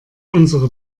unsere